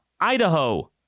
Idaho